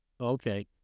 Okay